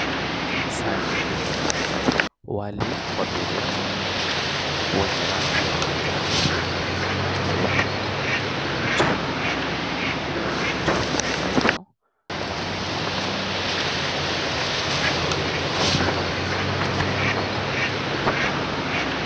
Sahani imejaa wali wa biriani wenye rangi ya manjano na nyeupe. Juu yake kuna mchuzi mzito wa nyama wenye rangi ya kahawia nyekundu, pembeni kuna kachumbari.